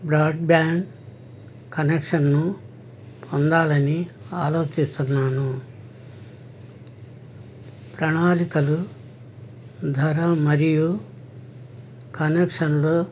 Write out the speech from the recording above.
broadband కనెక్షన్ను పొందాలని ఆలోచిస్తున్నాను ప్రణాళికలు ధర మరియు కనెక్షన్లో